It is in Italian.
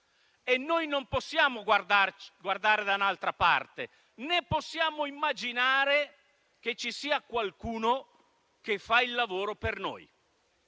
e noi non possiamo guardare da un'altra parte, né possiamo immaginare che ci sia qualcuno che fa il lavoro per noi;